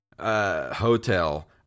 Hotel